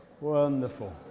Wonderful